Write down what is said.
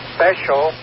Special